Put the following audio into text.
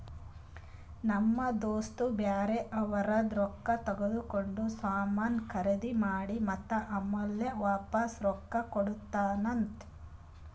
ನಮ್ ದೋಸ್ತ ಬ್ಯಾರೆ ಅವ್ರದ್ ರೊಕ್ಕಾ ತಗೊಂಡ್ ಸಾಮಾನ್ ಖರ್ದಿ ಮಾಡಿ ಮತ್ತ ಆಮ್ಯಾಲ ವಾಪಾಸ್ ರೊಕ್ಕಾ ಕೊಡ್ತಾನ್ ಅಂತ್